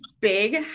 big